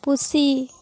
ᱯᱩᱥᱤ